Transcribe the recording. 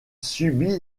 subit